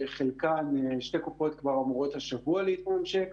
שתי קופות כבר אמורות השבוע להתממשק,